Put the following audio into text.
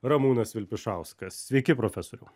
ramūnas vilpišauskas sveiki profesoriau